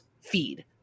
feed